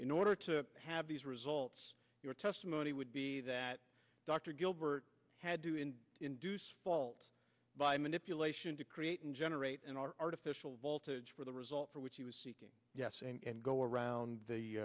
in order to have these results your testimony would be that dr gilbert had to in induce faults by manipulation to create and generate an artificial voltage for the result for which he was seeking yes and go around